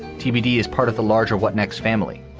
tbd is part of the larger what next family.